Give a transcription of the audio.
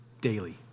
daily